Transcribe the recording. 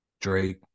Drake